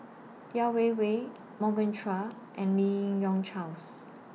Yeo Wei Wei Morgan Chua and Lim Yi Yong Charles